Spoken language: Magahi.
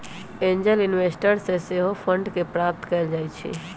एंजल इन्वेस्टर्स से सेहो फंड के प्राप्त कएल जाइ छइ